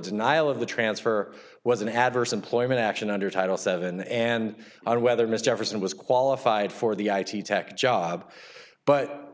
denial of the transfer was an adverse employment action under title seven and on whether mr jefferson was qualified for the i t tech job but